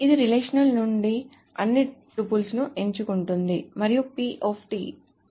ఇది రిలేషన్ నుండి అన్ని టుపుల్స్ ను ఎంచుకుంటుంది మరియు p